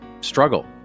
struggle